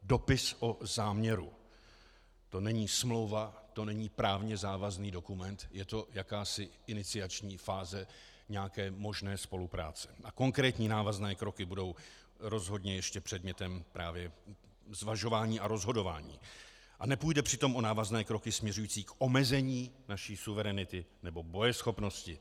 Dopis o záměru to není smlouva, to není právě závazný dokument, je to jakási iniciační fáze nějaké možné spolupráce a konkrétní návazné kroky budou rozhodně ještě předmětem právě zvažování a rozhodování a nepůjde přitom o návazné kroky směřující k omezení naší suverenity nebo bojeschopnosti.